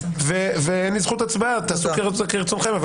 אין לי זכות הצבעה ותעשו כרצונכם,